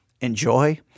enjoy